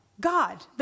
God